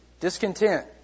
discontent